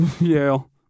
Yale